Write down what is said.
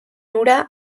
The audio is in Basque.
hura